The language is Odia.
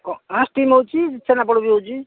କଁ ହଁ ଷ୍ଟିମ୍ ହେଉଛି ଛେନାପୋଡ଼ ବି ହେଉଛି